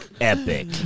epic